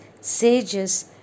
sages